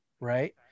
right